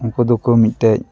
ᱩᱱᱠᱩ ᱫᱚᱠᱚ ᱢᱤᱫᱴᱮᱱ